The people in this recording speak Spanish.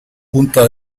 punta